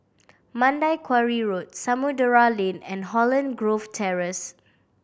Mandai Quarry Road Samudera Lane and Holland Grove Terrace